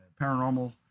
paranormal